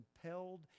compelled